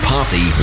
Party